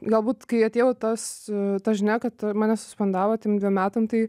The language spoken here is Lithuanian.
galbūt kai atėjo jau tas ta žinia kad mane suspendavo ten dviem metam tai